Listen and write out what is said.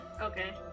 Okay